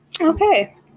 Okay